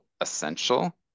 essential